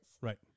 Right